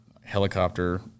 helicopter